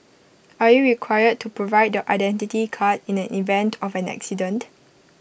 are you required to provide your Identity Card in an event of an accident